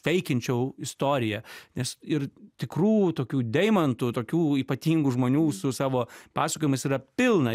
feikinčiau istoriją nes ir tikrų tokių deimantų tokių ypatingų žmonių su savo pasakojimais yra pilna